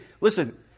listen